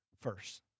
first